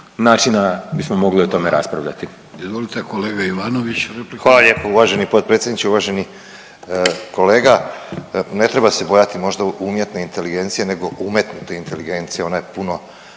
kolega Ivanović replika. **Ivanović, Goran (HDZ)** Hvala lijepo. Uvaženi potpredsjedniče, uvaženi kolega. Ne treba se bojati možda umjetne inteligencije nego umetnute inteligencije ona je puno